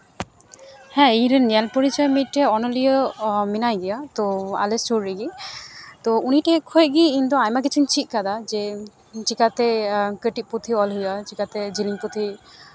ᱦᱮᱸ ᱤᱧᱨᱮᱱ ᱧᱮᱞ ᱯᱚᱨᱤᱪᱚᱭ ᱢᱤᱫᱴᱮᱱ ᱚᱱᱚᱞᱤᱭᱟᱹ ᱢᱮᱱᱟᱭ ᱜᱮᱭᱟ ᱛᱚ ᱟᱞᱮ ᱥᱩᱨ ᱨᱮᱜᱮ ᱛᱚ ᱩᱱᱤ ᱴᱷᱮᱡ ᱠᱷᱚᱡ ᱜᱮ ᱤᱧᱫᱚ ᱟᱭᱢᱟ ᱠᱤᱪᱷᱩᱧ ᱪᱮᱫ ᱠᱟᱫᱟ ᱡᱮ ᱪᱤᱠᱟᱛᱮ ᱠᱟᱹᱴᱤᱡ ᱯᱩᱛᱷᱤ ᱚᱞ ᱦᱩᱭᱩᱜᱼᱟ ᱪᱤᱠᱟᱛᱮ ᱡᱤᱞᱤᱧ ᱯᱩᱛᱷᱤ